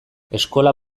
eskola